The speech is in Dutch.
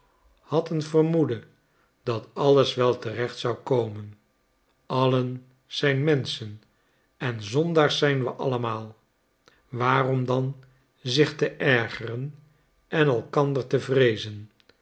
had een vermoeden dat alles wel terecht zou komen allen zijn menschen en zondaars zijn we allemaal waarom dan zich te ergeren en elkander te vreezen